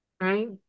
right